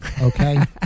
okay